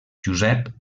josep